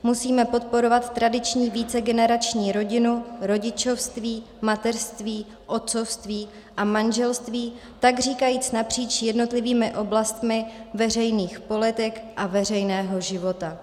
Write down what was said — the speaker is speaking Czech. Musíme podporovat tradiční vícegenerační rodinu, rodičovství, mateřství, otcovství a manželství takříkajíc napříč jednotlivými oblastmi veřejných politik a veřejného života.